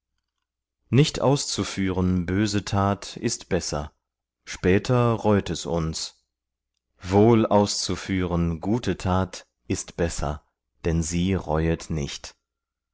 nicht auszuführen böse tat ist besser später reut es uns wohl auszuführen gute tat ist besser denn sie reuet nicht